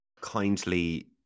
kindly